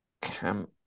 Camp